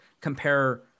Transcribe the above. compare